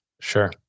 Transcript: sure